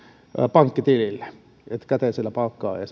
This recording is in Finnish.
pankkitilille että käteisellä palkkaa ei